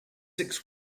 six